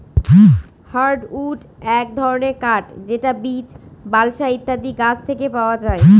hardwood এক ধরনের কাঠ যেটা বীচ, বালসা ইত্যাদি গাছ থেকে পাওয়া যায়